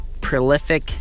prolific